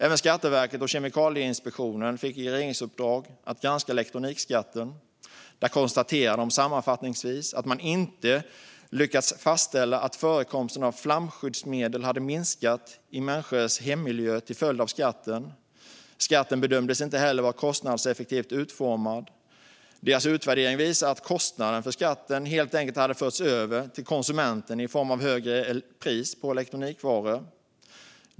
Även Skatteverket och Kemikalieinspektionen fick regeringsuppdrag att granska elektronikskatten. De konstaterar sammanfattningsvis att de inte lyckats fastställa att förekomsten av flamskyddsmedel hade minskat i människors hemmiljöer till följd av skatten. Skatten bedömdes inte heller vara kostnadseffektivt utformad. Deras utvärdering visar att kostnaden för skatten helt enkelt hade förts över till konsumenten i form av högre pris på elektronikvaror.